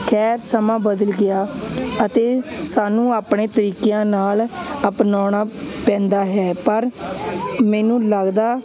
ਖੈਰ ਸਮਾਂ ਬਦਲ ਗਿਆ ਅਤੇ ਸਾਨੂੰ ਆਪਣੇ ਤਰੀਕਿਆਂ ਨਾਲ ਅਪਣਾਉਣਾ ਪੈਂਦਾ ਹੈ ਪਰ ਮੈਨੂੰ ਲੱਗਦਾ